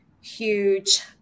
huge